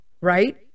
right